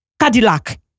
Cadillac